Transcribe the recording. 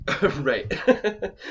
right